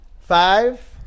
Five